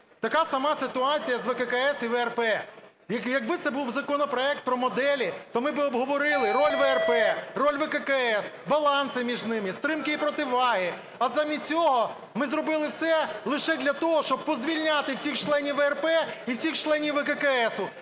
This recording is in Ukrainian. Така сама ситуація з ВККС і з ВРП. Якби це був законопроект про моделі, то ми би обговорили роль ВРП, роль ВККС, баланси між ними, стримки і противаги. А замість цього ми зробили все лише для того, щоб позвільняти всіх членів ВРП і всіх членів ВККС,